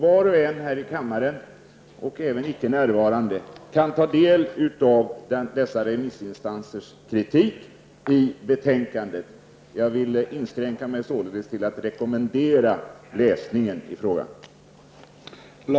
Var och en här i kammaren, och även icke närvarande, kan ta del av remissinstansernas kritik i betänkandet. Jag vill således inskränka mig till att rekommendera läsningen i fråga.